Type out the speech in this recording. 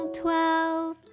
twelve